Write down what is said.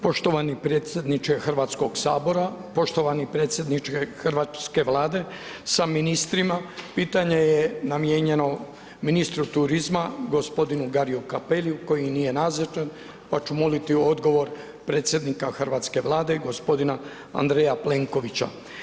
Poštovani predsjedniče Hrvatskog sabora, poštovani predsjednice hrvatske Vlade sa ministrima pitanje je namijenjeno ministru turizma gospodinu Gariju Capelliju koji nije nazočan pa ću moliti odgovor predsjednika hrvatske Vlade gospodina Andreja Plenkovića.